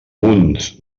uns